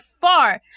far